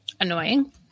annoying